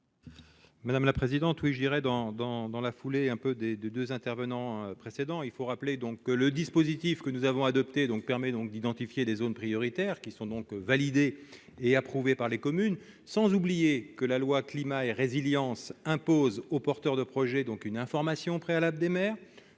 l'amendement n° 523 rectifié. Dans la foulée des deux intervenants précédents, je rappelle que le dispositif que nous avons adopté permet d'identifier des zones prioritaires, qui sont validées et approuvées par les communes. N'oublions pas que la loi Climat et résilience impose aux porteurs de projets une information préalable des maires